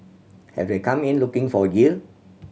have they come in looking for yield